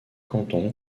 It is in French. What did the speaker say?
canton